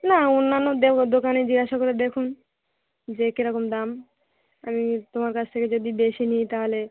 না অন্যান্য দেখো দোকানে জিজ্ঞাসা করে দেখুন যে কীরকম দাম আমি তোমার কাছ থেকে যদি বেশি নিই তাহলে